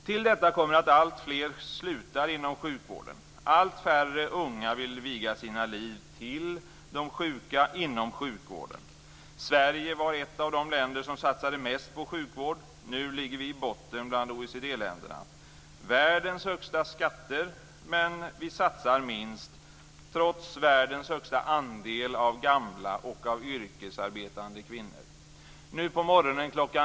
Till detta kommer att alltfler slutar inom sjukvården och att allt färre unga vill viga sina liv åt de sjuka inom sjukvården. Sverige var ett av de länder som satsade mest på sjukvård. Nu ligger vi i botten bland OECD-länderna. Vi har världens högsta skatter men satsar minst, trots världens högsta andel av gamla och av yrkesarbetande kvinnor. Nu på morgonen kl.